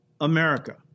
America